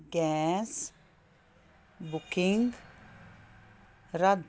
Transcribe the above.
gas booking ਰੱਦ